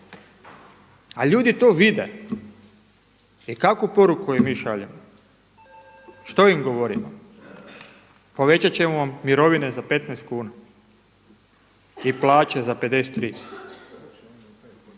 A ljudi to vide i kakvu poruku im mi šaljemo? Što im govorimo? Povećat ćemo vam mirovine za 15 kuna i plaće za 53.